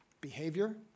behavior